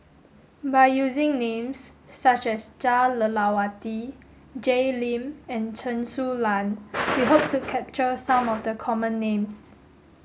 by using names such as Jah Lelawati Jay Lim and Chen Su Lan we hope to capture some of the common names